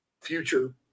future